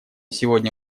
сегодня